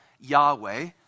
Yahweh